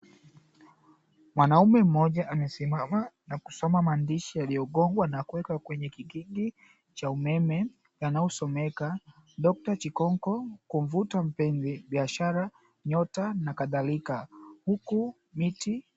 Mwanaume mmoja amesimama na kusoma maandishi yaliyogongwa na kuwekwa kwenye kikingi cha umeme yanayosomeka "dokta Chikonko, kumvuta mpenzi, biashara, nyota nakadhalika " huku miti...